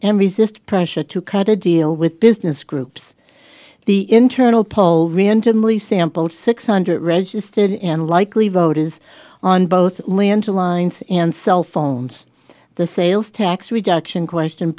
and resist pressure to cut a deal with business groups the internal poll randomly sampled six hundred registered in likely voters on both land to lines and cell phones the sales tax reduction question